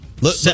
look